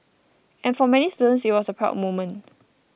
and for many students it was a proud moment